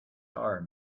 are